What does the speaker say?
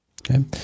okay